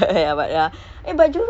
ya that's that's like the